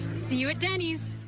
see you at denny's!